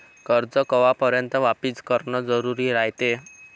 कर्ज कवापर्यंत वापिस करन जरुरी रायते?